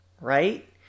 right